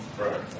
Right